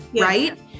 right